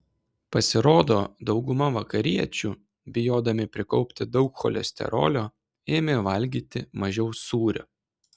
pasirodo dauguma vakariečių bijodami prikaupti daug cholesterolio ėmė valgyti mažiau sūrio